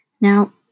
Now